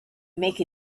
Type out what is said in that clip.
make